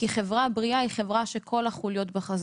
כי חברה בריאה היא חברה שכל החוליות בה חזקות,